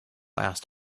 asked